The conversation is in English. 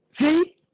See